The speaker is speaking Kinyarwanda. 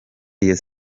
iyo